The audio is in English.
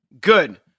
Good